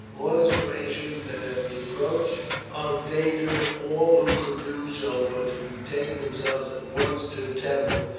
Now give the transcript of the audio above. orders were issued that at the approach of danger all who could do so were to betake themselves at once to the temple,